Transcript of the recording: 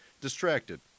distracted